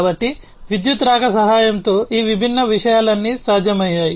కాబట్టి విద్యుత్తు రాక సహాయంతో ఈ విభిన్న విషయాలన్నీ సాధ్యమయ్యాయి